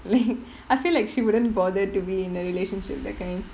like I feel like she wouldn't bother to be in a relationship that kind